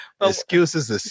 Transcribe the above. excuses